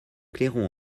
clairon